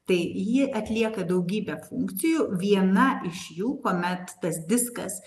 tai ji atlieka daugybę funkcijų viena iš jų kuomet tas diskas